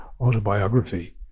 autobiography